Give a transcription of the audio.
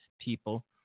people